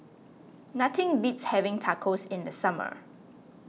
nothing beats having Tacos in the summer